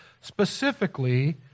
specifically